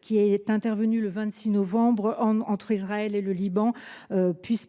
le feu intervenu le 26 novembre entre Israël et le Liban